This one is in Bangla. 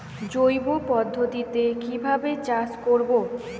জৈব পদ্ধতিতে কিভাবে চাষ করব?